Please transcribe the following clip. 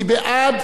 מי בעד?